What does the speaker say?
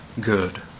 good